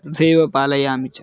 तथैव पालयामि च